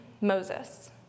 Moses